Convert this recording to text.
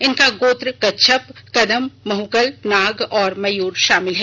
इनका गोत्र कच्छप कदम महुकल नाग और मयुर शामिल हैं